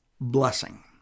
blessing